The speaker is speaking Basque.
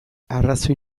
arrazoi